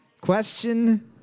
Question